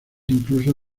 incluso